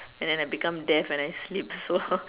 and and I become deaf and I sleep so